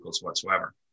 whatsoever